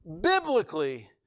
biblically